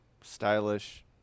stylish